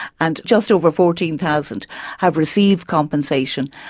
and just over fourteen thousand have received compensation,